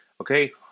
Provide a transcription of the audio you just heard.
Okay